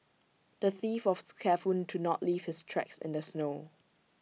the thief was careful to not leave his tracks in the snow